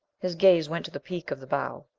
his gaze went to the peak of the bow.